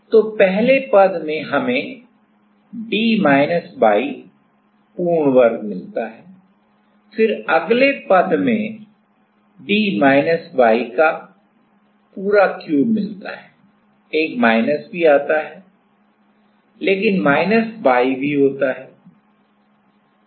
तो पहले टर्म में हमें d माइनस y पूर्ण वर्ग मिलता है फिर अगले टर्म में d माइनस y का पूरा क्यूब मिलता है एक माइनस भी आता है लेकिन माइनस y भी होता है